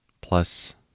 plus